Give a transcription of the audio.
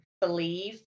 believe